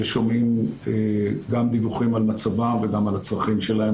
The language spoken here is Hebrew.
ושומעים גם דיווחים על מצבם וגם על הצרכים שלהם